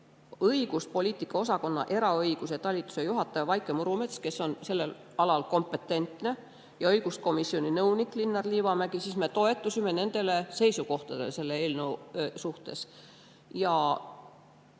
õiguspoliitika osakonna eraõiguse talituse juhataja Vaike Murumets, kes on sellel alal kompetentne, ja õiguskomisjoni nõunik Linnar Liivamägi, siis me toetusime nende seisukohtadele selle eelnõu suhtes.